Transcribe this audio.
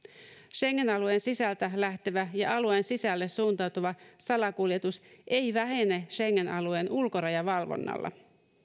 schengen alueen sisältä lähtevä ja alueen sisälle suuntautuva salakuljetus ei vähene schengen alueen ulkorajavalvonnalla